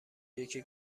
یکی